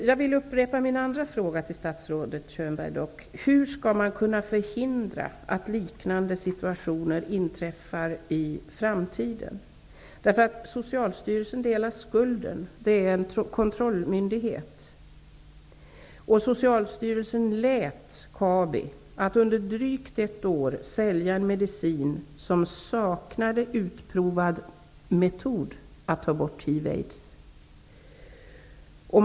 Jag vill upprepa min andra fråga till statsrådet Könberg: Hur skall man kunna förhindra att liknande situationer uppstår i framtiden? Socialstyrelsen delar ju skulden. Det är en kontrollmyndighet. Socialstyrelsen lät under drygt ett år Kabi sälja en medicin, trots att man saknade utprovad metod att ta bort hivsmittan.